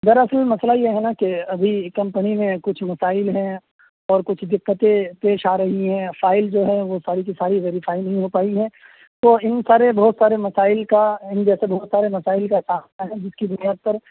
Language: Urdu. دراصل مسئلہ یہ ہے نا کہ ابھی کمپنی میں کچھ مسائل ہیں اور کچھ دقتیں پیش آ رہی ہیں فائل جو ہے وہ ساری کی ساری ویریفائی نہیں ہو پائی ہے تو ان سارے بہت سارے مسائل کا ان جیسے بہت سارے مسائل کا سامنا ہے جس کی بنیاد پر